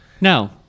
No